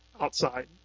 outside